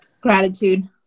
Gratitude